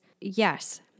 yes